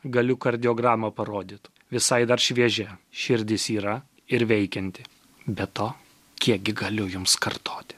galiu kardiogramą parodyt visai dar šviežia širdis yra ir veikianti be to kiek gi galiu jums kartoti fontane vistiek nebuvo vandens